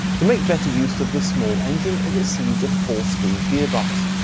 to make better use of the small engine it received a four speed gearbox.